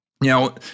Now